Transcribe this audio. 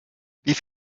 wie